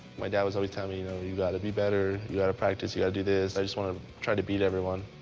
my dad was always telling me you know you gotta be better, you gotta practice, you gotta do this, i just wanna try to beat everyone.